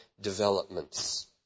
developments